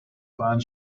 band